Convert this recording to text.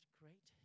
great